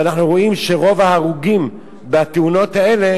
ואנחנו רואים שרוב ההרוגים בתאונות האלה